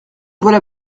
voilà